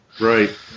Right